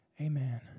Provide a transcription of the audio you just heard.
amen